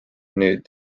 nüüd